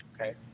Okay